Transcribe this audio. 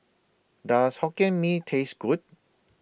Does Hokkien Mee Taste Good